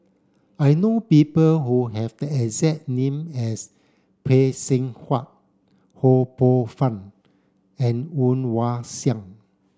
I know people who have the exact name as Phay Seng Whatt Ho Poh Fun and Woon Wah Siang